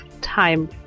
time